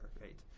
right